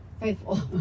faithful